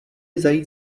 zajít